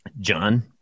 john